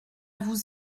vous